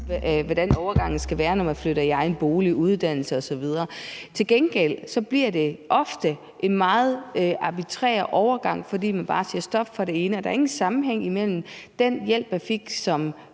hvordan overgangen skal være, når man flytter i egen bolig, tager en uddannelse osv. Til gengæld bliver det ofte en meget arbitrær overgang, fordi man bare siger stop for det hele. Der er ingen sammenhæng mellem den hjælp, man fik som